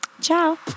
Ciao